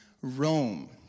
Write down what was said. Rome